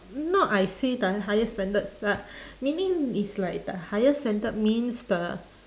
not I say the higher standards lah meaning it's like the higher standard means the